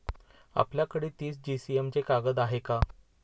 आपल्याकडे तीस जीएसएम चे कागद आहेत का?